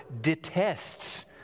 detests